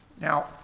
Now